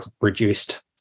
reduced